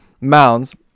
Mounds